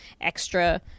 extra